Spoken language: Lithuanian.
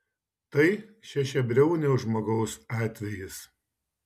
tai šešiabriaunio žmogaus atvejis